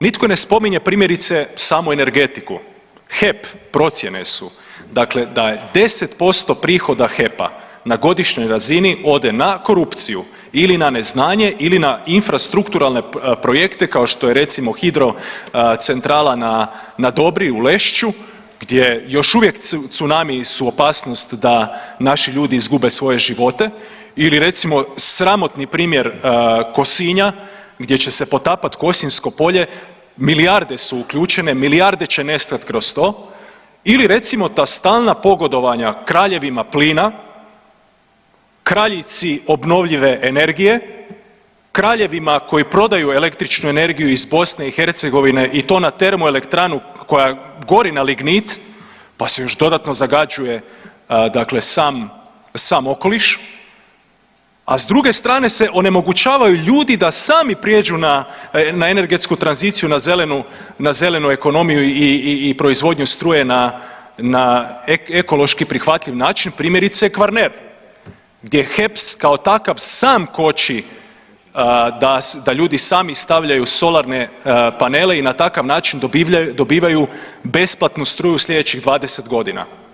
Nitko ne spominje, primjerice, samo energetiku, HEP, procjene su dakle da je 10% prihoda HEP-a na godišnjoj razini ode na korupciju ili na neznanje ili na infrastrukturalne projekte kao što je recimo hidrocentrala na Dobri u Lešću gdje još uvijek tsunami su opasnost da naši ljudi izgube svoje živote ili recimo, sramotni primjer Kosinja gdje će se potapati Kosinjsko polje, milijarde su uključene, milijarde će nestati kroz to ili recimo ta stalna pogodovanja krajevima plina, kraljici obnovljive energije, kraljevima koji prodaju električnu energije iz BiH i to na termoelektranu koja gori na lignit pa se još dodatno zagađuje dakle sam okoliš, a s druge strane se onemogućavaju ljudi da sami prijeđu na energetsku tranziciju, na zelenu ekonomiju i proizvodnju struje na ekološki prihvatljiv način, primjerice, Kvarner gdje HEP kao takav sam koči da ljudi sami stavljaju solarne panele i na takav način dobivaju besplatnu struju sljedećih 20 godina.